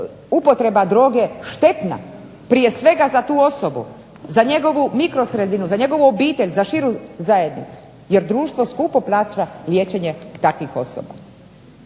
upotreba droge štetna, prije svega za tu osobu, za njegovu mikro sredinu, za njegovu obitelj, za širu zajednicu jer društvo skupo plaća liječenje takvih osoba.